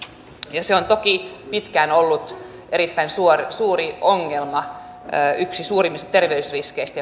ja se on toki pitkään ollut erittäin suuri ongelma yksi suurimmista terveysriskeistä